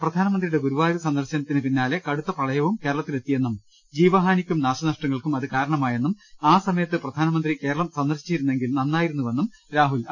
പ്രധാനമന്ത്രിയുടെ ഗുരുവായൂർ സന്ദർശനത്തിന് പിന്നാലെ കടുത്ത പ്രളയവും കേരളത്തിലെത്തിയെന്നും ജീവഹാനിക്കും നാശന ഷ്ടങ്ങൾക്കും അത് കാരണമായെന്നും ആ സമയത്ത് പ്രധാനമന്ത്രി കേരളം സന്ദർശി ച്ചിരുന്നെങ്കിൽ നന്നായിരുന്നുവെന്നും രാഹുൽ അഭിപ്രായപ്പെട്ടു